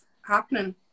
happening